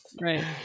Right